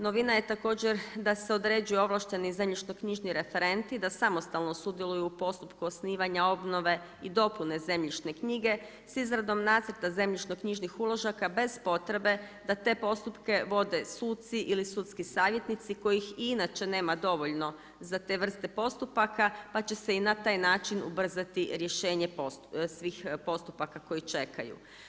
Novina je također da se određuje ovlašteni zemljišno knjižni referenti, da samostalno sudjeluju u postupku osnivanja obnove i dopune zemljišne knjige s izradom nacrta zemljišno knjižnih uložaka bez potrebe da te postupke vode suci ili sudski savjetnici kojih i inače nema dovoljno za te vrste postupaka pa će se i na taj način ubrzati rješenje svih postupaka koji čekaju.